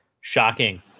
Shocking